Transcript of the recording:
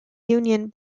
union